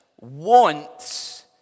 wants